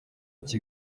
iki